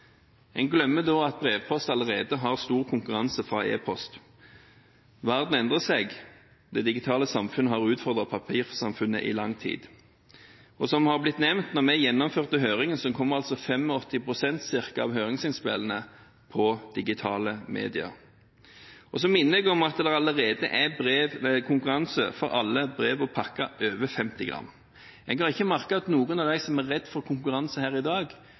En glemmer da at brevpost allerede har stor konkurranse fra e-post. Verden endrer seg. Det digitale samfunnet har utfordret papirsamfunnet i lang tid. Som det ble nevnt da vi gjennomførte høringen, kom altså ca. 85 pst. av høringsinnspillene via digitale medier. Jeg minner om at det allerede er konkurranse for alle brev og pakker over 50 gram. Jeg har ikke merket at noen av dem som er redd for konkurranse her i dag,